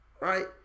Right